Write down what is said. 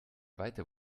weiter